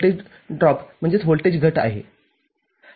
तरजर आपल्याकडे अधिक ध्वनी मर्यादा असेल तर असे आणखी बरेच प्रश्न असतील बरोबर